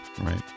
right